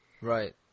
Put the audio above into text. Right